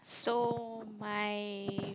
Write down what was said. so my